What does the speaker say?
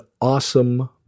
awesome